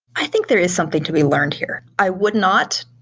i think there is something to be learned here. i would not,